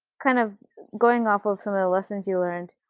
kind of going off of some of the lessons you learned,